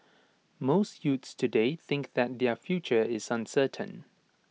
most youths today think that their future is uncertain